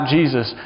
Jesus